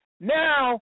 Now